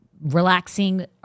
relaxing